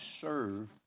serve